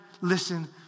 listen